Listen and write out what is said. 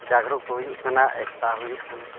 ᱡᱟᱜᱽᱨᱩᱠ ᱦᱩᱭᱩᱜ ᱠᱟᱱᱟ ᱮᱠᱛᱟ ᱦᱩᱭᱩᱜ ᱠᱟᱱᱟ